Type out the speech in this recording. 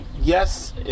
yes